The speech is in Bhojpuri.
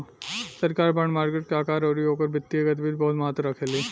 सरकार बॉन्ड मार्केट के आकार अउरी ओकर वित्तीय गतिविधि बहुत महत्व रखेली